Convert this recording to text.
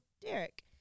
Derek